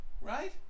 Right